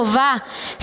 טובה,